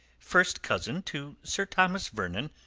first cousin to sir thomas vernon,